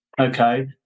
okay